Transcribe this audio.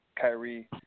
Kyrie